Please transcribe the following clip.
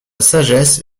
sagesse